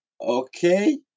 Okay